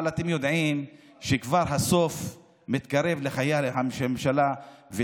אבל אתם יודעים שכבר סוף חייה של הממשלה מתקרב,